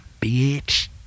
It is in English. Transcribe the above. Bitch